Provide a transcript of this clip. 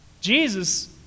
Jesus